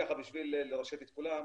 בשביל לרשת את כולם,